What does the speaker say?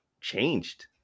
changed